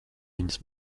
viņas